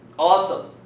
awesome!